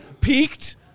peaked